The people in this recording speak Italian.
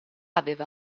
aveva